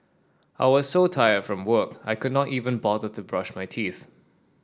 I was so tired from work I could not even bother to brush my teeth